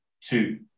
two